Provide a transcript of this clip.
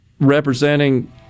representing